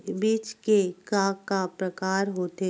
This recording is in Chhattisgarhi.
बीज के का का प्रकार होथे?